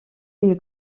une